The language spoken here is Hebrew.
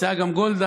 ונפצעו גם גולדה,